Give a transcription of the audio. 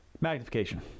magnification